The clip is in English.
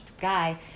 guy